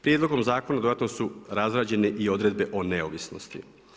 Prijedlogom zakona dodatno su razrađene i odredbe o neovisnosti.